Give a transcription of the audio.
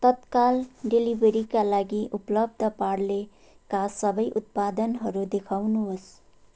तत्काल डेलिभरीका लागि उपलब्ध पार्लेका सबै उत्पादनहरू देखाउनुहोस्